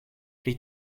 pri